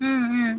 ம் ம்